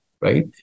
right